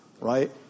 right